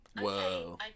Whoa